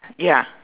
ya